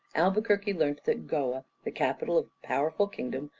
albuquerque learnt that goa, the capital of powerful kingdom,